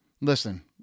listen